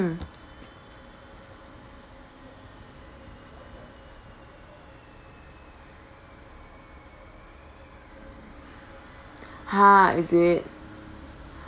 mm !huh! is it